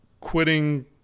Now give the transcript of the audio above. quitting